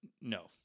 No